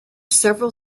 several